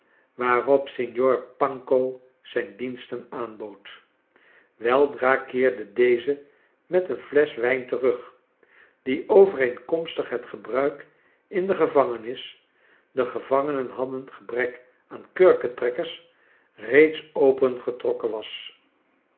waarop signor paru co zijn diensten aanbood weldra keerde ideze met leen flesch wijn terug die overeenkomstig het gebruik in de gevangenis de gevangenen hadden gebrek aan kurketrekkers reeds opengetrokken was